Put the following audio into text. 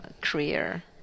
career